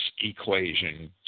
equation